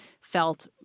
felt